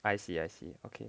I see I see okay